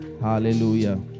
Hallelujah